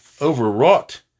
overwrought